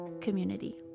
Community